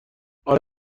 اره